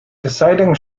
deciding